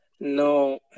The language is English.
No